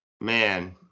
Man